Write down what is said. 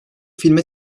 filme